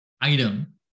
item